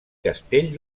castell